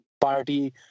party